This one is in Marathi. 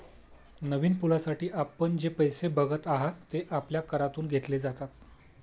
नवीन पुलासाठी आपण जे पैसे बघत आहात, ते आपल्या करातून घेतले जातात